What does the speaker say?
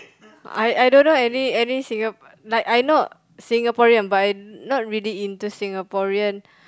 I I don't know any any Singapore like I not Singaporean but I not really into Singaporean